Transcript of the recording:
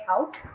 out